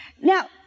Now